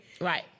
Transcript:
Right